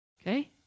Okay